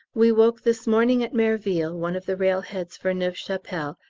we woke this morning at merville, one of the railheads for neuve chapelle,